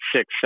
six